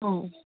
औ